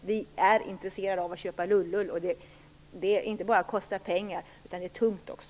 Vi är intresserade av att köpa lull-lull, och det inte bara kostar pengar, utan det är tungt också.